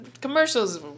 commercials